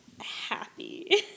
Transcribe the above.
happy